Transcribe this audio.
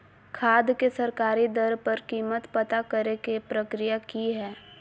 खाद के सरकारी दर पर कीमत पता करे के प्रक्रिया की हय?